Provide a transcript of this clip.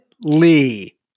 Lee